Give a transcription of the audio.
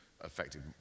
affected